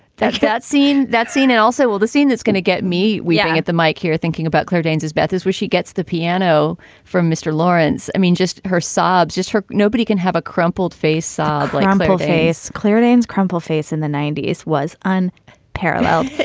that's that scene that scene. and also, well, the scene that's gonna get me we yeah get the mike here thinking about claire danes as beth is where she gets the piano from mr. lawrence. i mean, just her sobs, just her. nobody can have a crumpled face or like um but face claire danes crumpled face in the ninety s was on parallel.